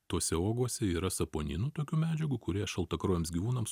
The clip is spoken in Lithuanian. tose uogose yra saponinų tokių medžiagų kurie šaltakraujams gyvūnams